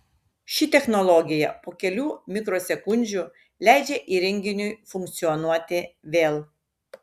ši technologija po kelių mikrosekundžių leidžia įrenginiui funkcionuoti vėl